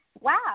Wow